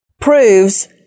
proves